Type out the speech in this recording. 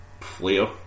flair